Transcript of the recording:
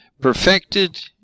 perfected